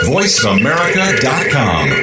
VoiceAmerica.com